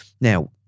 Now